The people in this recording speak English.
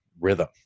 rhythm